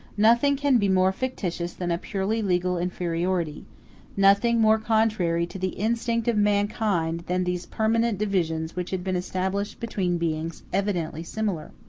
nothing can be more fictitious than a purely legal inferiority nothing more contrary to the instinct of mankind than these permanent divisions which had been established between beings evidently similar.